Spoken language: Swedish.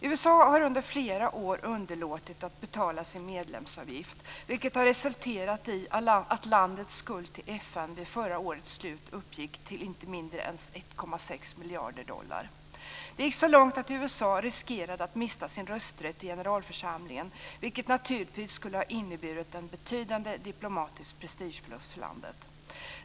USA har under flera år underlåtit att betala sin medlemsavgift, vilket har resulterat i att landets skuld till FN vid förra årets slut uppgick till inte mindre än 1,6 miljarder dollar. Det gick så långt att USA riskerade att mista sin rösträtt i generalförsamlingen, vilket naturligtvis skulle ha inneburit en betydande diplomatisk prestigeförlust för landet.